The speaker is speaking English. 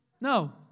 No